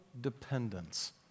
dependence